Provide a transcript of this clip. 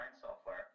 software